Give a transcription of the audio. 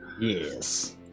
yes